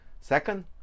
Second